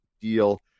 deal